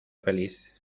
feliz